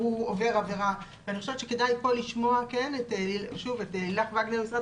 עובר עבירה ואני חושבת שכדאי כאן לשמוע את לילך וגנר ממשרד